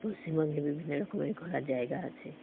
পশ্চিমবঙ্গে বিভিন্ন রকমের ঘোরার জায়গা আছে